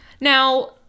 Now